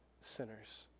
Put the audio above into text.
sinners